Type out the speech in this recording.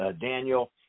Daniel